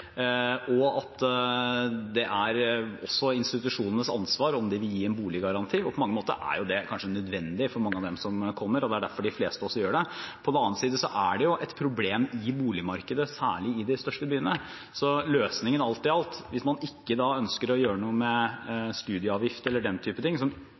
og at det er institusjonenes ansvar om de vil gi en boliggaranti. På mange måter er jo det kanskje nødvendig for mange av dem som kommer, og det er derfor de fleste også gjør det. På den annen side er det et problem i boligmarkedet, særlig i de største byene, så løsningen alt i alt – hvis man ikke ønsker å gjøre noe med studieavgiften eller den typen ting som